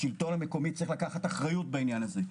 השלטון המקומי צריך לקחת אחריות בעניין הזה.